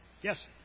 Yes